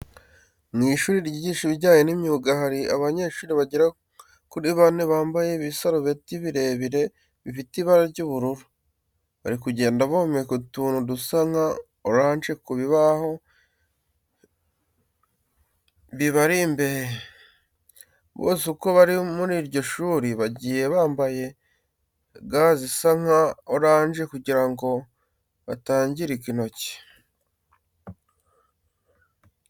Mu ishuri ryigisha ibijyanye n'imyuga hari abanyeshuri bagera kuri bane bambaye ibisarubeti birebirere bifite ibara ry'ubururu, bari kugenda bomeka utuntu dusa nka oranje ku bibaho bibari imbere. Bose uko bari muri iryo shuri bagiye bambaye ga zisa nka oranje kugira ngo batangirika intoki.